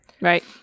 Right